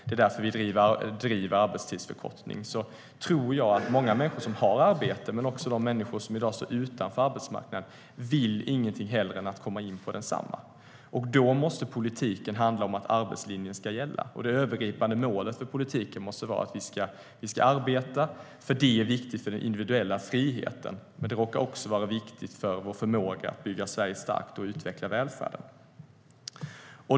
Det är därför vi driver arbetstidsförkortning. Många människor har i dag arbete, men de människor som i dag står utanför arbetsmarknaden vill ingenting hellre än att komma in på densamma. Då måste politiken handla om att arbetslinjen ska gälla. Det övergripande målet för politiken måste vara att vi ska arbeta. Det är viktigt för den individuella friheten. Det råkar också vara viktigt för vår förmåga att bygga Sverige starkt och utveckla välfärden.